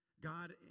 God